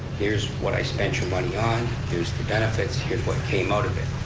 here's what i spent your money on, here's the benefits, here's what came out of it.